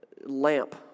lamp